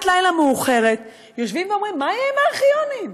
לילה מאוחרת יושבים ואומרים: מה יהיה עם הארכיונים?